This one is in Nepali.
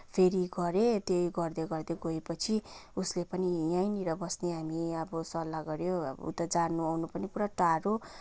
फेरि गरेँ त्यही गर्दै गर्दै गएपछि उसले पनि यहीँनिर बस्ने हामी अब सल्लाह गऱ्यो अब उता जानु आउनु पनि पुरा टाढो